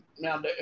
Now